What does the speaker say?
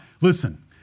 Listen